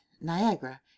niagara